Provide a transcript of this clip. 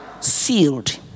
Sealed